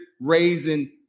raising